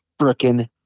freaking